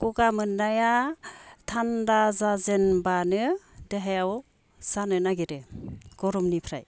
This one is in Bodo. गगा मोननाया थान्दा जाजेनब्लानो देहायाव जानो नागिरो गरमनिफ्राय